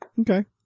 Okay